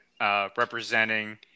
Representing